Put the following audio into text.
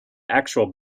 actual